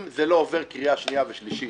אם זה לא עובר קריאה שניה ושלישית